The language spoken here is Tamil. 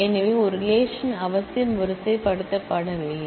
எனவே ஒரு ரிலேஷன் அவசியம் வரிசைப்படுத்தப்படவில்லை